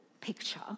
picture